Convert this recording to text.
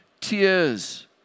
tears